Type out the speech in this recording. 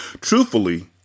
Truthfully